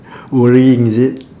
worrying is it